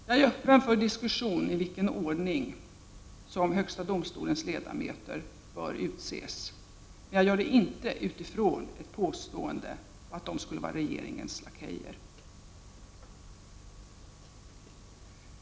Jag är öppen för diskussion om i vilken ordning som högsta domstolens ledamöter bör utses, men jag diskuterar inte frågan utifrån ett påstående att de skulle vara regeringens lakejer.